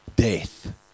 death